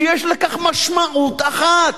שיש לכך משמעות אחת: